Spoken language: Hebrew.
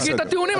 תגיד את הטיעונים.